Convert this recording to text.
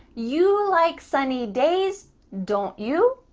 you like sunny days don't you?